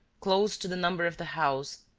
close to the number of the house,